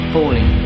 Falling